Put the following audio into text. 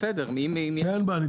אין בעיה.